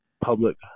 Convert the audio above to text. public